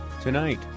Tonight